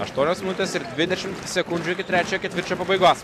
aštuonios minutės ir dvidešimt sekundžių iki trečio ketvirčio pabaigos